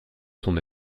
son